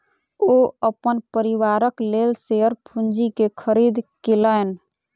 ओ अपन परिवारक लेल शेयर पूंजी के खरीद केलैन